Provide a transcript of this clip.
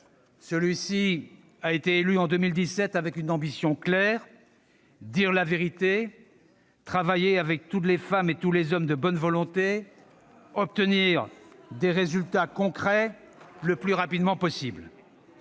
Celui-ci a été élu en 2017 avec une ambition claire : dire la vérité, travailler avec toutes les femmes et tous les hommes de bonne volonté, obtenir des résultats concrets le plus rapidement possible.